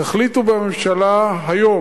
תחליטו בממשלה היום,